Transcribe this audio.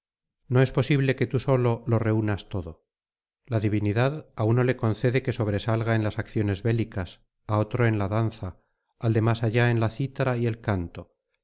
no es posible que tú solo lo reunas todo la divinidad á uno le concede que sobresalga en las acciones bélicas á otro en la danza al de más allá en la cítara y el canto